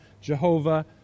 Jehovah